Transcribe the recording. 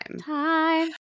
time